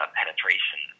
penetration